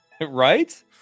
Right